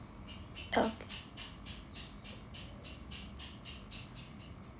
oh